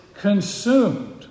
consumed